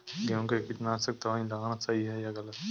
गेहूँ में कीटनाशक दबाई लगाना सही है या गलत?